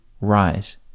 rise